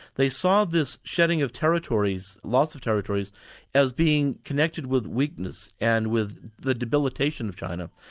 they saw this shedding of territories, lots of territories as being connected with weakness, and with the debilitation of china.